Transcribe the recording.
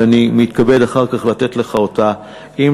שאני מתכבד לתת לך אותה אחר כך,